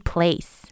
Place